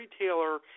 retailer